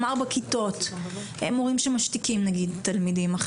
בכיתות הם אומרים שמשתיקים תלמידים,